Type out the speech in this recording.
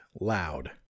Loud